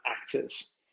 actors